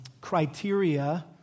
criteria